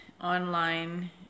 online